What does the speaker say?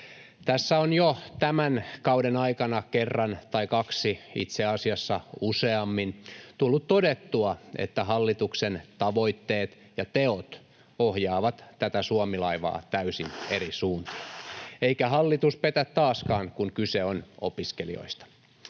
Tässä on jo tämän kauden aikana kerran tai kaksi, itse asiassa useammin, tullut todettua, että hallituksen tavoitteet ja teot ohjaavat tätä Suomi-laivaa täysin eri suuntaan, eikä hallitus petä taaskaan, kun kyse on opiskelijoista.